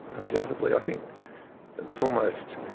undoubtedly. i think it's almost,